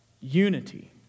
unity